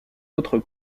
autres